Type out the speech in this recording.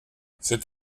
cet